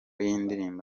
y’indirimbo